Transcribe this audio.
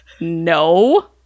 no